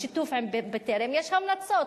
בשיתוף עם "בטרם" יש המלצות,